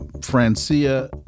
Francia